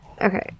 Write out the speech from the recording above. Okay